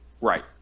Right